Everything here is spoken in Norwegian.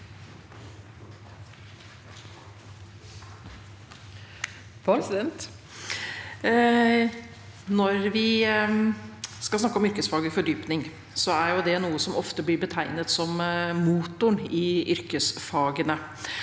Når vi snakker om yr- kesfaglig fordypning, er det noe som ofte blir betegnet som motoren i yrkesfagene.